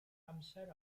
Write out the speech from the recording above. amser